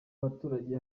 baturage